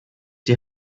die